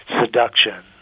seduction